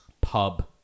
pub